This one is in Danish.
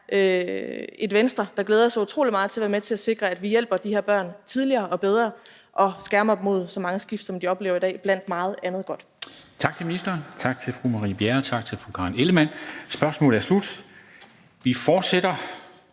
et Venstre, der glæder sig utrolig meget til at være med til at sikre, at vi hjælper de her børn tidligere og bedre og skærmer dem mod så mange skift, som de oplever i dag, blandt meget andet godt.